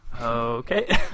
Okay